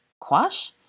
Quash